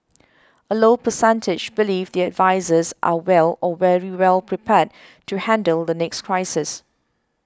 a low percentage believe their advisers are well or very well prepared to handle the next crisis